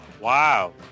Wow